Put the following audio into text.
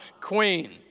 queen